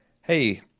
hey